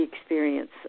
experience